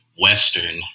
Western